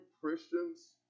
Christians